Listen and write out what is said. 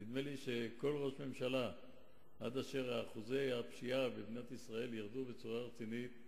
נדמה לי שעד אשר אחוזי הפשיעה במדינת ישראל ירדו בצורה רצינית,